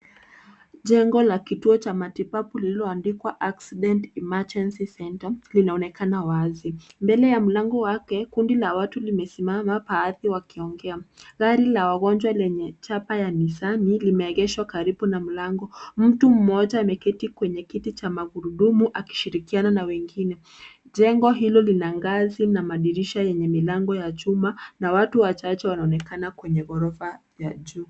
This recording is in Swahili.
Jengo hilo la huduma za matibabu, likiwa Kituo cha Dharura (Accident Emergency Center), linaonekana wazi. Mbele ya mlango wake kundi la watu wamesimama wakiongea. Viti vya wagonjwa vimewekwa karibu na mlango. Mtu mmoja ameketi kwenye kiti cha magurudumu akishirikiana na wengine. Jengo hilo lina ukuta wa rangi ya samawati na madirisha pamoja na milango ya chuma, na watu wachache wapo wakionekana kando yake